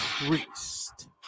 Priest